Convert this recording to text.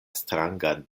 strangan